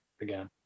again